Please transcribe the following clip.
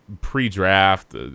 pre-draft